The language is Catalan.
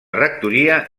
rectoria